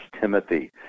Timothy